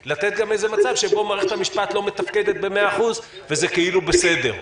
כדי ליצור מצב שבו מערכת המשפט לא מתפקדת במאה אחוז וזה כאילו בסדר.